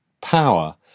power